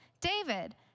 David